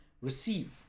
receive